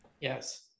Yes